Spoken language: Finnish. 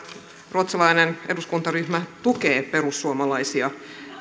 ruotsalainen eduskuntaryhmä tukee perussuomalaisia